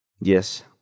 Yes